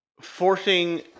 forcing